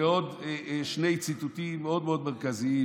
לעוד שני ציטוטים מאוד מאוד מרכזיים